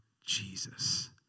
Jesus